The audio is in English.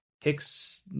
Hicks